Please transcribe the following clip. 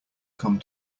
come